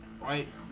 right